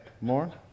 More